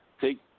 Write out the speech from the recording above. take